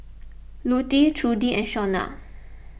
Lutie Trudi and Shaunna